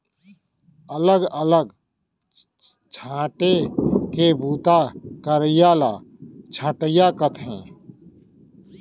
अलग अलग छांटे के बूता करइया ल छंटइया कथें